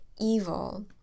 evil